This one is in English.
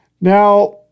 Now